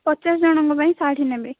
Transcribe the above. ପଚାଶ ଜଣଙ୍କ ପାଇଁ ଶାଢ଼ୀ ନେବି